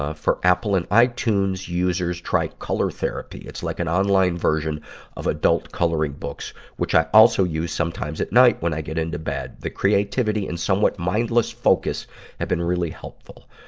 ah for apple and itunes users, try color therapy. it's like an online version of adult coloring books, which i also use sometimes at night when i get into bed. the creativity and somewhat mindless focus have been really helpful.